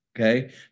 Okay